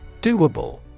Doable